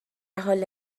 حال